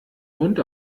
mund